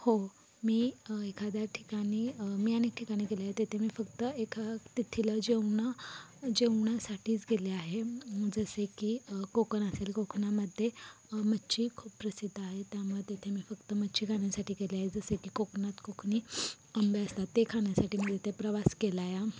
हो मी एखाद्या ठिकाणी मी अनेक ठिकाणी गेले आहे तिथे मी फक्त एखा तेथील जेवणं जेवणासाठीच गेले आहे जसे की कोकण असेल कोकणामध्ये मच्छी खूप प्रसिद्ध आहे त्यामुळे तिथे मी फक्त मच्छी खाण्यासाठी गेले आहे जसे की कोकणात कोकणी आंबे असतात ते खाण्यासाठी मी तिथे प्रवास केला या